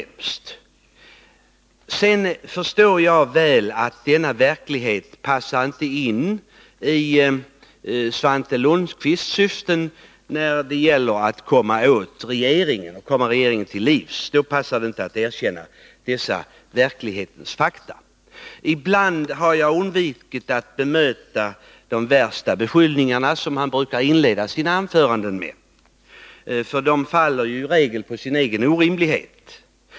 Men jag förstår väl att det inte passar Svante Lundkvist, som syftar till att komma regeringen till livs, att erkänna dessa fakta. Ibland har jag undvikit att bemöta de värsta 45 beskyllningarna, som Svante Lundkvist brukar inleda sina anföranden med, eftersom de i regel faller på sin egen orimlighet.